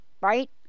Right